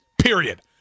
Period